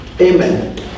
Amen